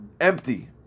empty